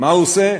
מה הוא עושה?